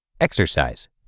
Exercise